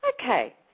Okay